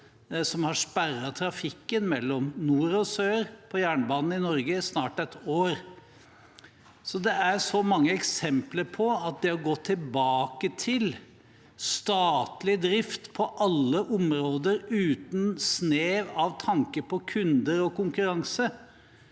som har sperret jernbanetrafikken mellom nord og sør i Norge i snart et år. Det er så mange eksempler på at det å gå tilbake til statlig drift på alle områder, uten snev av tanke på kunder og konkurranse,